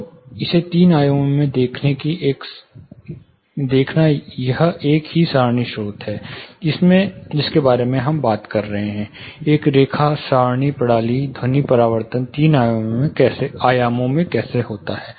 तो इसे तीन आयामों में देखना यह एक ही सारणी स्रोत है जिसके बारे में हम बात कर रहे थे एक रेखा सारणी प्रणाली ध्वनि परावर्तन तीन आयामों में कैसे होता है